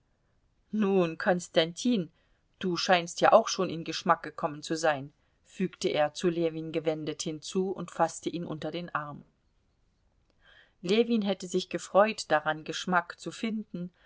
nun konstantin du scheinst ja auch schon in geschmack gekommen zu sein fügte er zu ljewin gewendet hinzu und faßte ihn unter den arm ljewin hätte sich gefreut daran geschmack zu finden